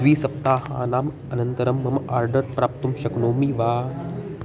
द्विसप्ताहात् अनन्तरं मम आर्डर् प्राप्तुं शक्नोमि वा